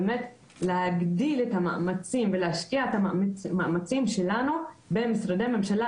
באמת להגדיל את המאמצים ולהשקיע את המאמצים שלנו במשרדי הממשלה,